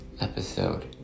episode